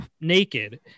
naked